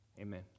Amen